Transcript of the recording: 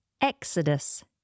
Exodus